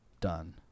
done